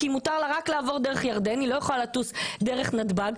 כי מותר לה רק לעבור דרך ירדן והיא לא יכולה לטוס דרך נתב"ג.